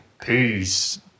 Peace